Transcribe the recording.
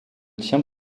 tient